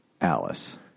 Alice